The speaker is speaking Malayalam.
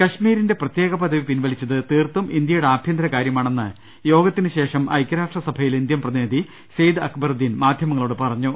കശ്മീരിന്റെ പ്രത്യേക പദവി പിൻവലിച്ചത് തീർത്തും ഇന്ത്യ യുടെ ആഭ്യന്തര കാര്യമാണെന്ന് യോഗത്തിന് ശേഷം ഐക്യരാ ഷ്ട്രസഭയിലെ ഇന്ത്യൻ പ്രതിനിധി സെയ്ദ് അക്ബറുദ്ദീൻ മാധ്യമ ങ്ങളോട് പറഞ്ഞു